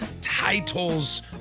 titles